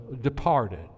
departed